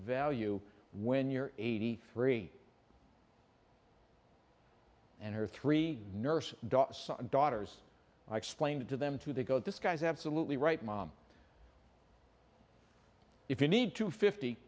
value when you're eighty three and her three nurses son and daughters i explained it to them too they go this guy is absolutely right mom if you need to fifty